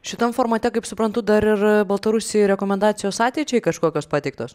šitam formate kaip suprantu dar ir baltarusijoj rekomendacijos ateičiai kažkokios pateiktos